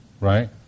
right